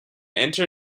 enter